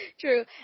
True